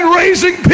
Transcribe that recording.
raising